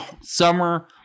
summer